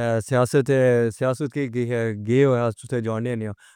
اے سیاست ہے، سیاست کے گے ہو جاؤں گا،